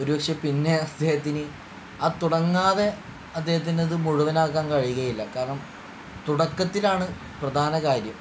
ഒരുപക്ഷെ പിന്നെ അദ്ദേഹത്തിന് ആ തുടങ്ങാതെ അദ്ദേഹത്തിന് അത് മുഴുവനാക്കാൻ കഴിയുകയില്ല കാരണം തുടക്കത്തിലാണ് പ്രധാന കാര്യം